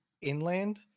inland